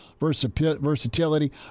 versatility